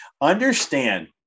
understand